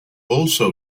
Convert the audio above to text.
also